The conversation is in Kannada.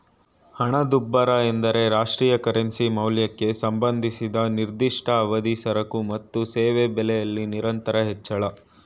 ಹಣದುಬ್ಬರ ಎಂದ್ರೆ ರಾಷ್ಟ್ರೀಯ ಕರೆನ್ಸಿ ಮೌಲ್ಯಕ್ಕೆ ಸಂಬಂಧಿಸಿದ ನಿರ್ದಿಷ್ಟ ಅವಧಿ ಸರಕು ಮತ್ತು ಸೇವೆ ಬೆಲೆಯಲ್ಲಿ ನಿರಂತರ ಹೆಚ್ಚಳ